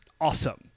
Awesome